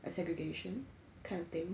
a segregation kind of thing